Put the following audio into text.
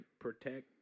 protect